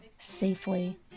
safely